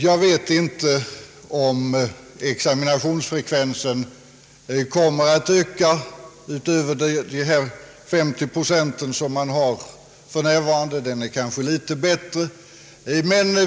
Jag vet inte om examensfrekvensen kommer att öka utöver de 30 procent — eller kanske något mera — som den för närvarande utgör.